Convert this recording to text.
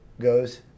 goes